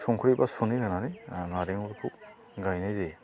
संख्रि बा सुनै होनानै नारेंखलखौ गायनाय जायो